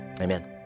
Amen